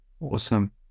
Awesome